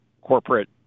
corporate